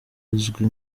uzwi